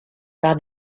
par